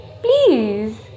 please